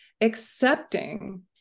accepting